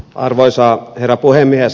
arvoisa herra puhemies